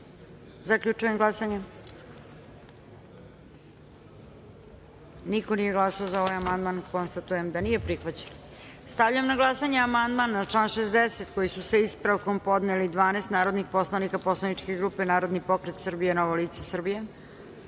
Beograd. Zaključujem glasanje: niko nije glasao za ovaj amandman. Konstatujem da nije prihvaćen. Stavljam na glasanje amandman na član 60. koji su, sa ispravkom, podneli 12 narodnih poslanika poslaničke grupe Narodni pokret Srbije – Novo lice Srbije.